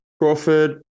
Crawford